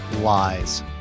lies